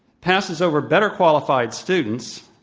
passes over better-qualif ied students,